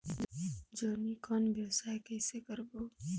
जोणी कौन व्यवसाय कइसे करबो?